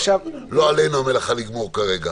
מה שנחליט לגבי הכול נחליט גם לגבי זה.